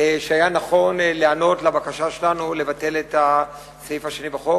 שהיה נכון להיענות לבקשה שלנו לבטל את הסעיף השני בחוק.